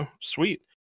sweet